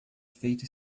feito